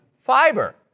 fiber